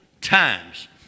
times